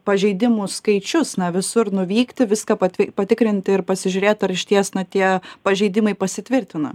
pažeidimų skaičius na visur nuvykti viską patvi patikrinti ir pasižiūrėt ar išties na tie pažeidimai pasitvirtina